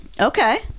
Okay